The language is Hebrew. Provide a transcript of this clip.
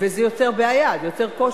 וזה יוצר בעיה, זה יוצר קושי.